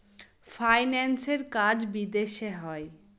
ফাইন্যান্সের কাজ বিদেশে হয়